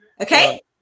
okay